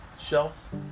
shelf